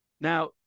Now